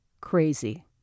crazy